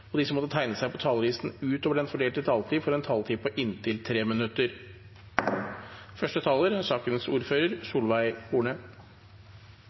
og de som måtte tegne seg på talerlisten utover den fordelte taletid, får en taletid på inntil 3 minutter.